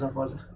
ah was